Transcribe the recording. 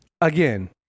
Again